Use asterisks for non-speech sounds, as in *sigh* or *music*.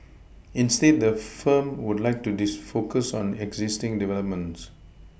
instead the firm would like to *unintelligible* focus on existing developments